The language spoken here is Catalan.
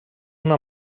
una